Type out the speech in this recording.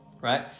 right